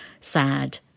sad